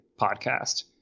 podcast